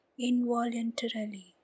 involuntarily